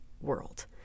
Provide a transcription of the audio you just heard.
world